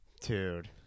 Dude